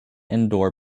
indoor